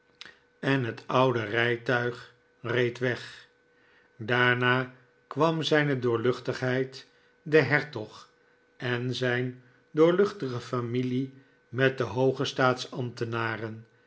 en het oude rijtuig reed weg daarna kwam zijne doorluchtigheid de hertog en zijn doorluchtige familie met de